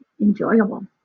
enjoyable